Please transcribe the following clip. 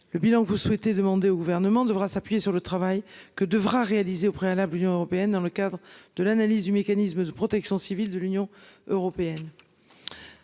Le bilan que vous souhaitez, demander au gouvernement devra s'appuyer sur le travail que devra réaliser au préalable. L'Union européenne dans le cadre de l'analyse du mécanisme de protection civile de l'Union européenne.